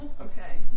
Okay